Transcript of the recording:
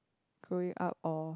growing up or